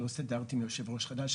כי לא הסדרתי עם יושב הראש החדש,